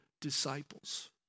disciples